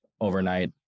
overnight